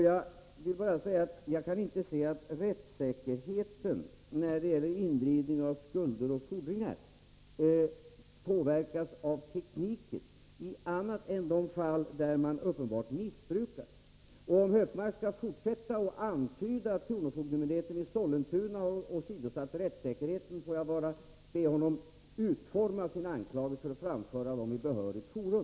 Jag kan inte se att rättssäkerheten när det gäller indrivning av skulder och fordringar påverkas av tekniken annat än i de fall där man uppenbart missbrukar den. Om Gunnar Hökmark skall fortsätta att antyda att kronofogdemyndigheten i Sollentuna har åsidosatt rättssäkerheten, får jag be honom utforma sina anklagelser och framföra dem i behörigt forum.